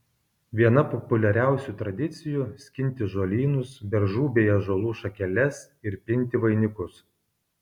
viena populiariausių tradicijų skinti žolynus beržų bei ąžuolų šakeles ir pinti vainikus